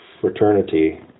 fraternity